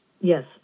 Yes